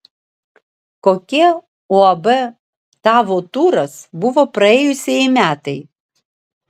kokie uab tavo turas buvo praėjusieji metai